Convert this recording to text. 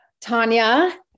Tanya